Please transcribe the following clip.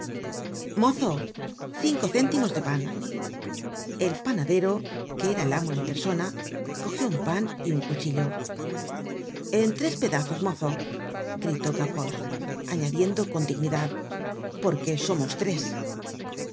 mozo cinco céntimos de pan el panadero que era el amo en persona cogió un pan y un cuchillo en tres pedazos mozo gritó gavroche añadiendo con dignidad porque somos tres